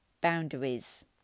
boundaries